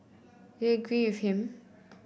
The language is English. do you agree with him